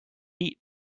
heat